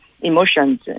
emotions